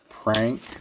prank